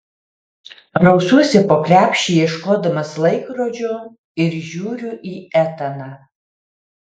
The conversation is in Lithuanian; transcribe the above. rausiuosi po krepšį ieškodamas laikrodžio ir žiūriu į etaną